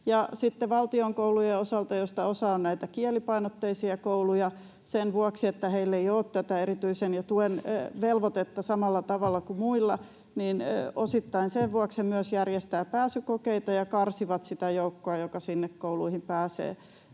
valtion koulut, joista osa on näitä kielipainotteisia kouluja sen vuoksi, että heillä ei ole tätä erityisen tuen velvoitetta samalla tavalla kuin muilla, osittain sen vuoksi myös järjestävät pääsykokeita ja karsivat sitä joukkoa, joka sinne kouluihin pääsee.